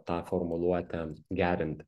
tą formuluotę gerinti